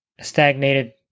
stagnated